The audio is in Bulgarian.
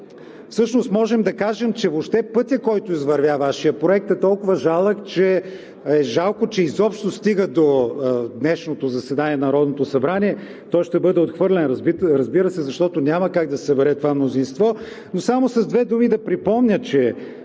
Всъщност можем да кажем, че въобще пътят, който извървя Вашият проект, е толкова жалък, че е жалко, че изобщо стига до днешното заседание на Народното събрание. Той ще бъде отхвърлен, разбира се, защото няма как да се събере това мнозинство. Само с две думи да припомня, че